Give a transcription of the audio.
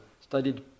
studied